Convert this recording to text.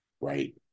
right